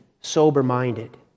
sober-minded